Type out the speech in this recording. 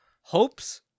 hopes